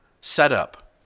setup